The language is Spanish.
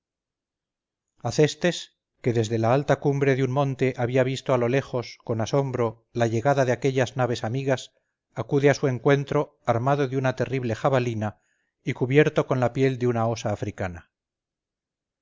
acestes que desde la alta cumbre de un monte había visto a lo lejos con asombro la llegada de aquellas naves amigas acude a su encuentro armado de una terrible jabalina y cubierto con la piel de una osa africana